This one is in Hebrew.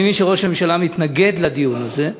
אני מבין שראש הממשלה מתנגד לדיון הזה,